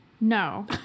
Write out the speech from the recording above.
No